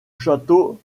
château